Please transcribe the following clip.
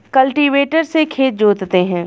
cultivator से खेत जोतते हैं